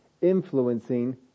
influencing